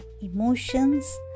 emotions